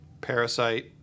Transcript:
parasite